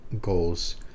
goals